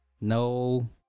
no